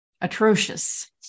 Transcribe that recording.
atrocious